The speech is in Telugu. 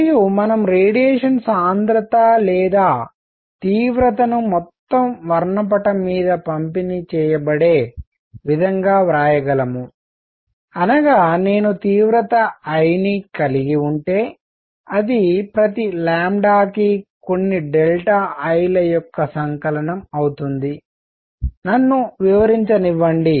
మరియు మనం రేడియేషన్ సాంద్రత లేదా తీవ్రత ను మొత్తం వర్ణపటం మీద పంపిణీ చేయబడే విధంగా వ్రాయగలము అనగా నేను తీవ్రత I ని కలిగి ఉంటే అది ప్రతి కి కొన్ని డెల్టా I ల యొక్క సంకలనం అవుతుంది నన్ను వివరించనివ్వండి